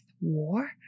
War